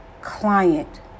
client